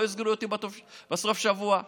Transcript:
לא יסגרו אותי בסוף שבוע.